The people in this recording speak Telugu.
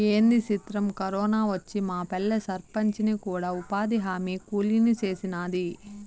ఏంది సిత్రం, కరోనా వచ్చి మాపల్లె సర్పంచిని కూడా ఉపాధిహామీ కూలీని సేసినాది